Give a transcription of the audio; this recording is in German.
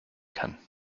kann